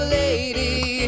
lady